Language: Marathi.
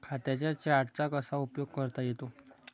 खात्यांच्या चार्टचा कसा उपयोग करता येतो?